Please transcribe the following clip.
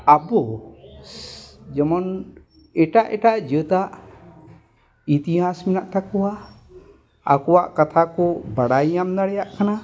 ᱟᱵᱚ ᱡᱮᱢᱚᱱ ᱮᱴᱟᱜ ᱮᱴᱟᱜ ᱡᱟᱹᱛᱟᱜ ᱤᱛᱤᱦᱟᱥ ᱢᱮᱱᱟᱜ ᱛᱟᱠᱚᱣᱟ ᱟᱠᱚᱣᱟᱜ ᱠᱟᱛᱷᱟ ᱠᱚ ᱵᱟᱰᱟᱭ ᱧᱟᱢ ᱫᱟᱲᱮᱭᱟᱜ ᱠᱟᱱᱟ